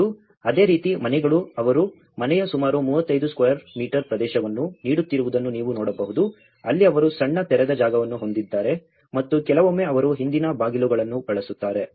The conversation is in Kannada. ಮತ್ತು ಅದೇ ರೀತಿ ಮನೆಗಳು ಅವರು ಮನೆಯ ಸುಮಾರು 35 ಸ್ಕ್ವೇರ್ ಮೀಟರ್ ಪ್ರದೇಶವನ್ನು ನೀಡುತ್ತಿರುವುದನ್ನು ನೀವು ನೋಡಬಹುದು ಅಲ್ಲಿ ಅವರು ಸಣ್ಣ ತೆರೆದ ಜಾಗವನ್ನು ಹೊಂದಿದ್ದಾರೆ ಮತ್ತು ಕೆಲವೊಮ್ಮೆ ಅವರು ಹಿಂದಿನ ಬಾಗಿಲುಗಳನ್ನು ಬಳಸುತ್ತಾರೆ